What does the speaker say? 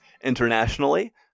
Internationally